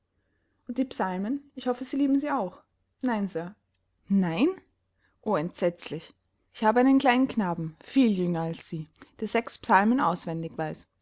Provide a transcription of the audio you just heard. und die psalmen ich hoffe sie lieben sie auch nein sir nein o entsetzlich ich habe einen kleinen knaben viel jünger als sie der sechs psalmen auswendig weiß